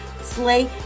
slay